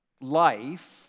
life